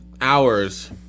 hours